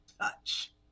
touch